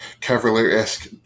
Cavalier-esque